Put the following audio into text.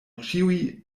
ĉiuj